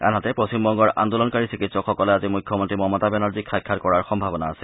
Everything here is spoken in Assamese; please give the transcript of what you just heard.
আনহাতে পশ্চিমবংগৰ আন্দোলনকাৰী চিকিৎসকসকলে আজি মুখ্যমন্ত্ৰী মমতা বেনাৰ্জীক সাক্ষাৎ কৰাৰ সম্ভাৱনা আছে